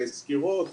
בסקירות,